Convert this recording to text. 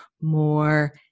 more